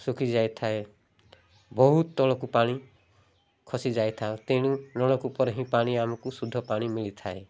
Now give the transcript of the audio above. ଶୁଖିଯାଇଥାଏ ବହୁତ ତଳକୁ ପାଣି ଖସିଯାଇଥାଏ ତେଣୁ ନଳକୂପରେ ହିଁ ପାଣି ଆମକୁ ଶୁଦ୍ଧ ପାଣି ମିଳିଥାଏ